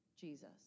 Jesus